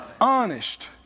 Honest